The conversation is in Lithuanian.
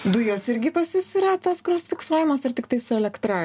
dujos irgi pas jus yra tos kurios fiksuojamos ar tiktai su elektra